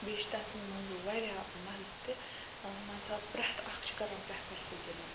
بیٚیہِ چھِ تَتھ منٛز واریاہ مَزٕ تہِ مان ژٕ پرٛٮ۪تھ اَکھ چھُ کَران پرٛٮ۪فَر سُہ گِنٛدُن